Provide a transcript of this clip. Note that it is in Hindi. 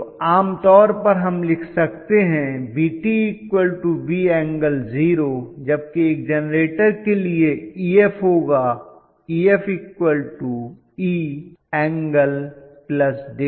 तो आमतौर पर हम लिख सकते हैं VtV∠0°जबकि एक जेनरेटर के लिए Ef होगा EfE∠δ